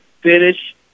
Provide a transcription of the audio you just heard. finish